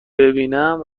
ببینم